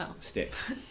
sticks